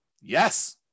yes